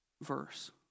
verse